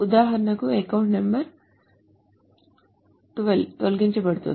ఉదాహరణకు account number 12 తొలగించబడుతుంది